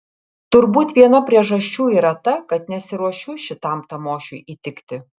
turbūt viena priežasčių yra ta kad nesiruošiu šitam tamošiui įtikti